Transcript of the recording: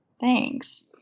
Thanks